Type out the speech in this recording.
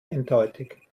eindeutig